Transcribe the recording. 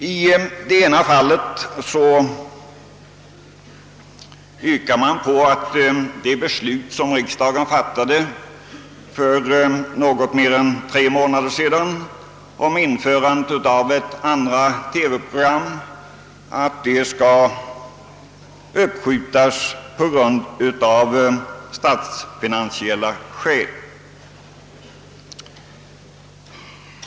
I ena fallet yrkas att förverkligandet av det beslut, som riksdagen fattade för ungefär tre månader sedan om införande av ett andra TV program, skall uppskjutas av statsfinansiella skäl.